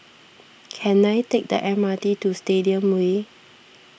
can I take the M R T to Stadium Way